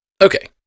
Okay